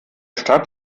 stadt